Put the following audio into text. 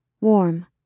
Warm